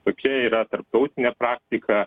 tokia yra tarptautinė praktika